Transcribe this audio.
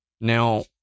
Now